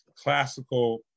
classical